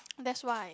that's why